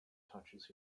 touches